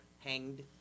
hanged